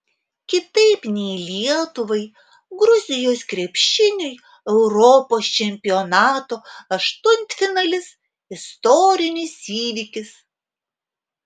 kitaip nei lietuvai gruzijos krepšiniui europos čempionato aštuntfinalis istorinis įvykis